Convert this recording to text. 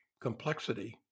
complexity